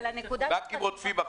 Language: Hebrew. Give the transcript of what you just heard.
בנקים רודפים אחריך.